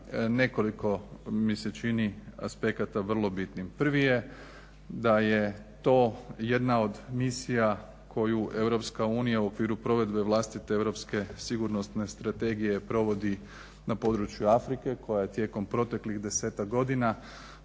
nekoliko mi se čini aspekata vrlo bitnim. Prvi je da je to jedna od misija koju EU u okviru provedbe vlastite Europske sigurnosne strategije provodi na području Afrike koja je tijekom proteklih desetak godina